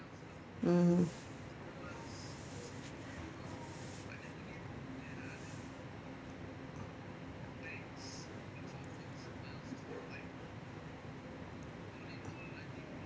mmhmm